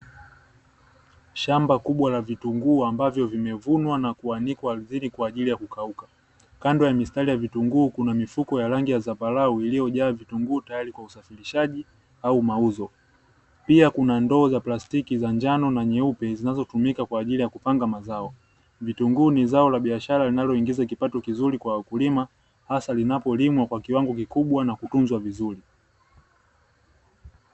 Shamba kubwa la vitunguu ambavyo vimevunwa na kuanikwa ardhini kwa ajili ya kukauka. Kando ya mistari ya vitunguu kuna mifuko ya rangi ya zambarau iliyojaa vitunguu tayari kwa usafirishaji au mauzo. Pia kuna ndoo za plastiki za njano na nyeupe zinazotumika kwa ajili kupanga mazao. Vitunguu ni zao la biashara linaloingiza kipato kizuri kwa wakulima, hasa linapolimwa kwa kiwango kikubwa na kutunzwa vizuri.